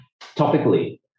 topically